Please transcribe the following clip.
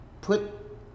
put